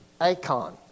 icon